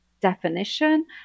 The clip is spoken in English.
definition